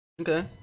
Okay